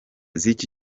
z’iki